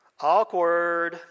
Awkward